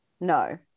No